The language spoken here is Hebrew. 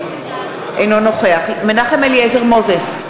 אינו נוכח מנחם אליעזר מוזס,